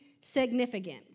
significant